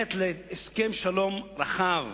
ללכת להסכם שלום רחב.